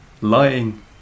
lying